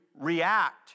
react